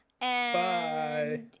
Bye